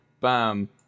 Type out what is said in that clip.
bam